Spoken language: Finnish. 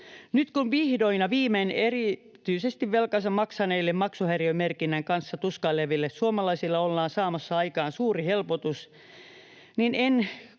Nyt kun vihdoin ja viimein erityisesti velkansa maksaneille mutta maksuhäiriömerkinnän kanssa tuskaileville suomalaisille ollaan saamassa aikaan suuri helpotus, niin en